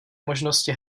možnosti